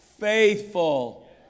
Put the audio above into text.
faithful